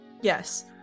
Yes